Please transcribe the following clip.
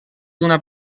d’una